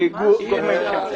לטרור.